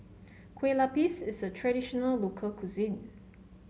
Kueh Lupis is a traditional local cuisine